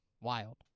Wild